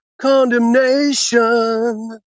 Condemnation